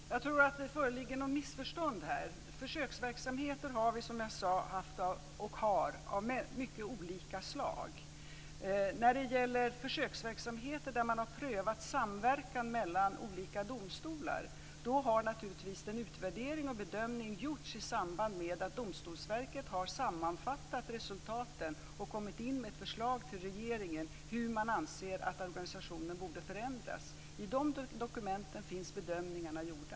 Fru talman! Jag tror att det föreligger något missförstånd. Som jag sade har vi haft och har försöksverksamheter av mycket olika slag. När det gäller försöksverksamheter där man har prövat samverkan mellan olika domstolar har en utvärdering och bedömning naturligtvis gjorts i samband med att Domstolsverket har sammanfattat resultaten och kommit in med ett förslag till regeringen om hur man anser att organisationen borde förändras. I de dokumenten finns bedömningarna gjorda.